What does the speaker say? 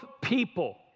people